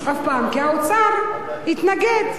כי האוצר התנגד.